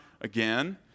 again